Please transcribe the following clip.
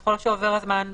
ככל שעובר הזמן,